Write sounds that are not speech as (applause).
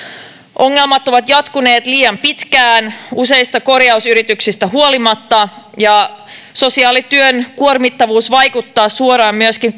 ongelmat ovat jatkuneet liian pitkään useista korjausyrityksistä huolimatta ja sosiaalityön kuormittavuus vaikuttaa suoraan myöskin (unintelligible)